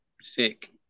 sick